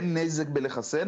אין נזק לחסן,